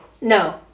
No